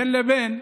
בין לבין,